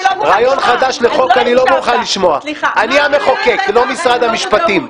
אני אתן לך זכות דיבור,